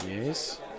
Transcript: Yes